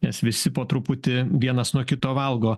nes visi po truputį vienas nuo kito valgo